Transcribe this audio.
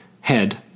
Head